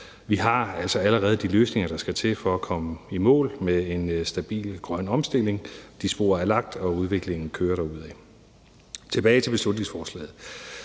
Vi har altså allerede de løsninger, der skal til for at komme i mål med en stabil grøn omstilling. De spor er lagt, og udviklingen kører derudad. Lad mig vende tilbage til beslutningsforslaget.